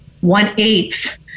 one-eighth